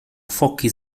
foki